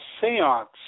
seance